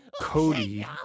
Cody